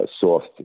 soft